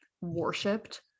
worshipped